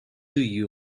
you